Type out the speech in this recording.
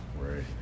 Right